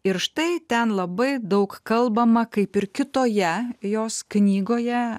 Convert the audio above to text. ir štai ten labai daug kalbama kaip ir kitoje jos knygoje